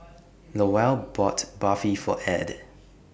Lowell bought Barfi For Add